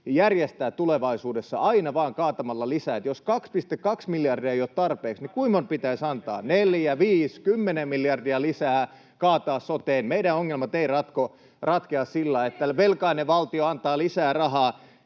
järjestää tulevaisuudessa aina vaan kaatamalla lisää. Jos 2,2 miljardia ei ole tarpeeksi, niin kuinka monta pitäisi antaa? 4, 5, 10 miljardia lisää kaataa soteen? Meidän ongelmat eivät ratkea sillä, [Krista Kiurun välihuuto] että velkainen valtio antaa lisää rahaa.